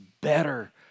better